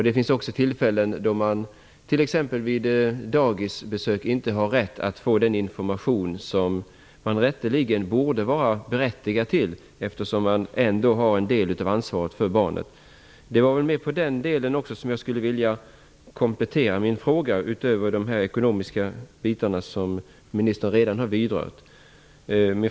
Det finns också tillfällen, t.ex. i samband med dagisbesök, då man inte får den information som man rätteligen borde vara berättigad till, eftersom man ändå har en del av ansvaret för barnet. Jag skulle också vilja ställa en kompletterande fråga som går utöver de ekonomiska förhållanden som ministern redan har tagit upp.